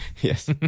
yes